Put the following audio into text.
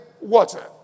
water